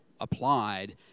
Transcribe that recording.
applied